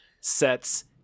sets